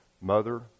mother